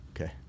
Okay